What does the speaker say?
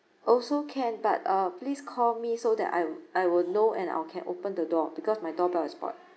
also can but uh please call me so that I w~ I will know and I will can open the door because my door bell is spoilt